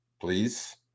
please